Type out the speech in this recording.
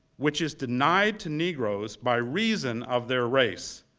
which is denied to negroes by reason of their race.